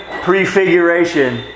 prefiguration